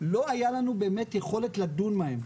לא היה לנו באמת יכולת לדון בהם,